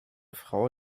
frau